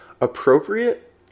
Appropriate